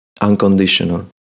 unconditional